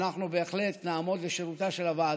אנחנו בהחלט נעמוד לשירותה של הוועדה.